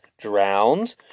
drowned